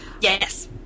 yes